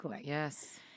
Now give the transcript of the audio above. Yes